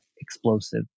explosive